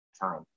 time